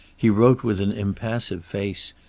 he wrote with an impassive face,